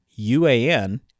UAN